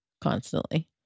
constantly